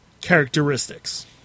characteristics